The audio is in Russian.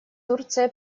турция